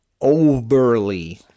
overly